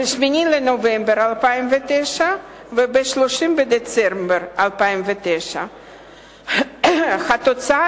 ב-8 בנובמבר 2009 וב-30 בדצמבר 2009. התוצאה